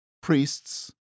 priests